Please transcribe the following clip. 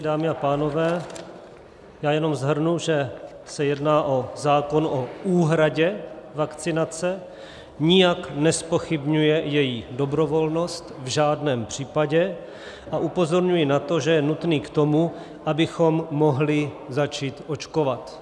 Dámy a pánové, já jenom shrnu, že se jedná o zákon o úhradě vakcinace, nijak nezpochybňuje její dobrovolnost v žádném případě, a upozorňuji na to, že je nutný k tomu, abychom mohli začít očkovat.